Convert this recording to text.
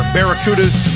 Barracudas